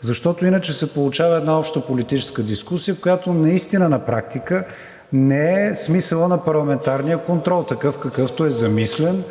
защото иначе се получава една общополитическа дискусия, която наистина на практика не е смисълът на парламентарния контрол – такъв, какъвто е замислен